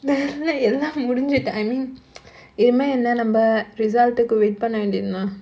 எல்லா முடிஞ்சிட்டு:ellaa mudinjittu I mean இனிமே என்ன நம்ம:inimae enna namma result wait பண்ண வேண்டிதா:panna vendithaa mah